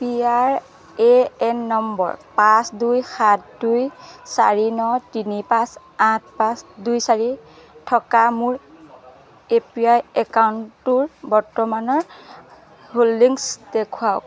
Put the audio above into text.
P R A N নম্বৰ পাঁচ দুই সাত দুই চাৰি ন তিনি পাঁচ আঠ পাঁচ দুই চাৰি থকা মোৰ এ পি ৱাই একাউণ্টটোৰ বৰ্তমানৰ হোল্ডিংছ দেখুৱাওক